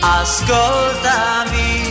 ascoltami